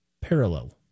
Parallel